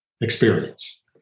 experience